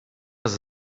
was